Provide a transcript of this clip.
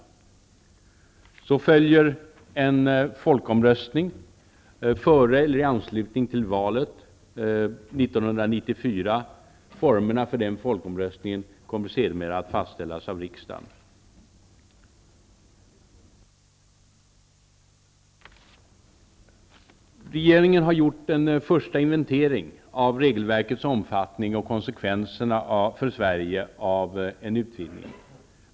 Därefter följer en folkomröstning före eller i anslutning till valet 1994. Formerna för denna folkomröstning kommer sedermera att fastställas av riksdagen. Regeringen har gjort en första inventering av regelverkets omfattning och konsekvenserna för Sverige av en utvidgning.